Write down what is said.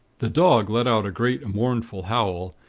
the dog let out a great, mournful howl,